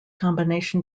combination